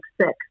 six